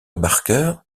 barker